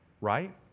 right